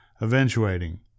eventuating